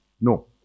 No